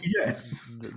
Yes